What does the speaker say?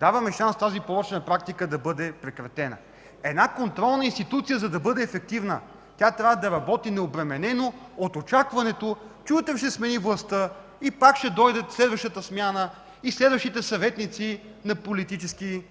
даваме шанс тази порочна практика да бъде прекратена. Една контролна институция, за да бъде ефективна, тя трябва да работи необременена от очакването, че утре ще се смени властта и пак ще дойде следващата смяна и следващите съветници на политически близки